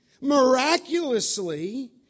miraculously